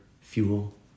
fuel